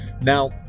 Now